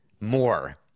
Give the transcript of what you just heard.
more